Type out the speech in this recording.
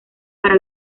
para